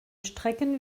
strecken